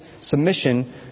submission